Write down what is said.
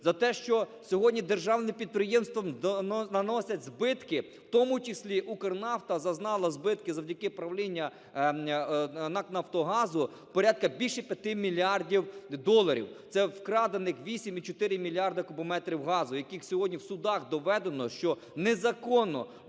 За те, що сьогодні державним підприємствам наносять збитки? В тому числі "Укрнафта" зазнала збитки завдяки правлінню НАК "Нафтогазу" порядку більше 5 мільярдів доларів. Це вкрадених 8,4 мільярда кубометрів газу, яких сьогодні в судах доведено, що незаконно